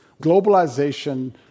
globalization